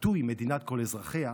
הביטוי "מדינת כל אזרחיה"